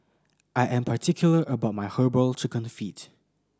I am particular about my Herbal Chicken Feet